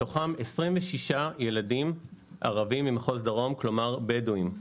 מתוכם 26 ילדים ערבים ממחוז דרום, כלומר בדווים.